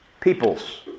peoples